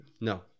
No